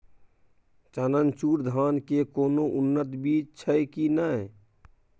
चननचूर धान के कोनो उन्नत बीज छै कि नय?